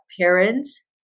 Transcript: parents